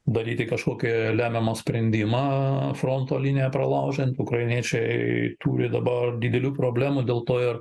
daryti kažkokį lemiamą sprendimą fronto liniją pralaužiant ukrainiečiai turi dabar didelių problemų dėl to ir